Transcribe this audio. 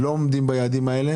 הפחתנו את ההוצאה המותנית בהכנסה